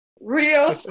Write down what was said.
real